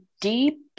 deep